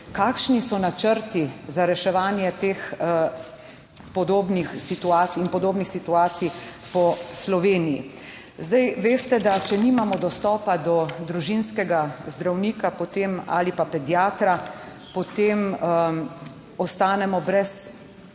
Kakšni so načrti za reševanje teh podobnih situacij in podobnih situacij po Sloveniji? Zdaj veste, da če nimamo dostopa do družinskega zdravnika, potem ali pa pediatra, potem ostanemo brez